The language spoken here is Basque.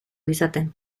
izaten